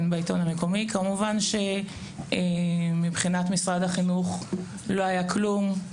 כמובן, שמבחינת משרד החינוך, לא היה כלום.